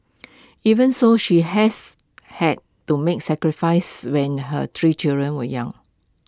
even so she has had to make sacrifices when her three children were young